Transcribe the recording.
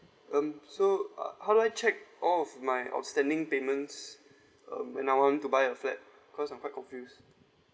um so uh how do I check all of my outstanding payments um when I want to buy a flat cause I'm quite confused